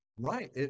Right